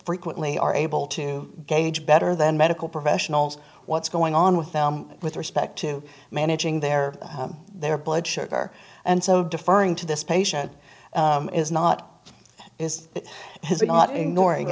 frequently are able to gauge better than medical professionals what's going on with them with respect to managing their their blood sugar and so deferring to this patient is not is his or not ignoring